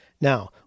Now